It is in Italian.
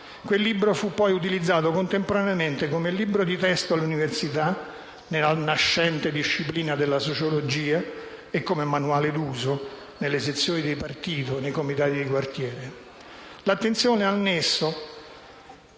Quel libro fu poi utilizzato contemporaneamente come libro di testo all'università, nella nascente disciplina della sociologia, e come manuale d'uso nelle sezioni di partito e nei comitati di quartiere.